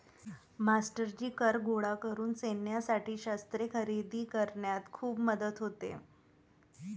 मास्टरजी कर गोळा करून सैन्यासाठी शस्त्रे खरेदी करण्यात खूप मदत होते